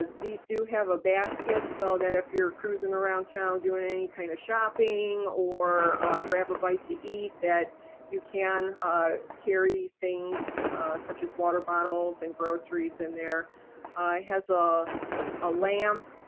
ah these do have a basket, so that if you're cruisin' around town doing any kind of shopping, or grab a bite to eat, that you can carry things such as water bottles and groceries in there. it has ah a lamp,